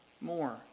more